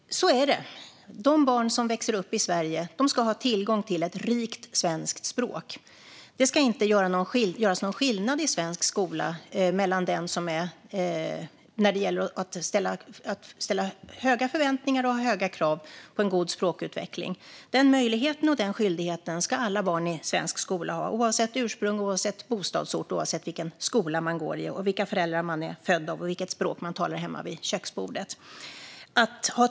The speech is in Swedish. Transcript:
Fru talman! Så är det. De barn som växer upp i Sverige ska ha tillgång till ett rikt svenskt språk. Det ska inte göras någon skillnad i svensk skola när det gäller att ha höga förväntningar och ställa höga krav på en god språkutveckling. Den möjligheten och den skyldigheten ska alla barn i svensk skola ha oavsett ursprung, oavsett bostadsort och oavsett vilken skola man går i, vilka föräldrar man är född av och vilket språk man talar hemma vid köksbordet.